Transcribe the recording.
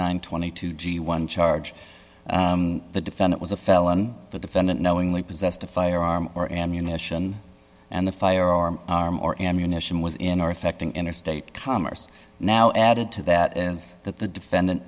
and twenty two g one charge the defendant was a felon the defendant knowingly possessed a firearm or ammunition and the firearm or ammunition was in or affecting interstate commerce now added to that is that the defendant